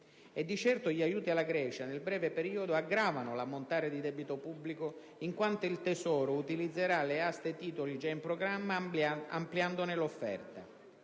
E di certo gli aiuti alla Grecia nel breve periodo aggravano l'ammontare del debito pubblico, in quanto il Tesoro utilizzerà le aste titoli già in programma ampliandone l'offerta.